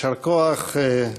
יישר כוח.